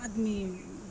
आदमी